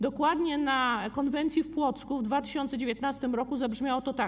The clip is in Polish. Dokładnie na konwencji w Płocku w 2019 r. zabrzmiało to tak: